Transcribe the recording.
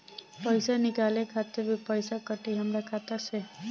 पईसा निकाले खातिर भी पईसा कटी हमरा खाता से?